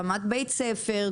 רמת בית-ספר,